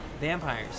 vampires